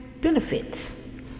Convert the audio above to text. benefits